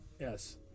Yes